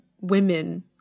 women